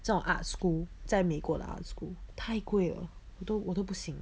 这种 art school 在美国的 school 太贵了我都我都不行